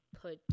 put